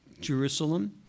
Jerusalem